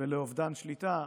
ולאובדן שליטה,